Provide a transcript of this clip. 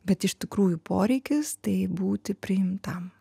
bet iš tikrųjų poreikis tai būti priimtam